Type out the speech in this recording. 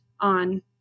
on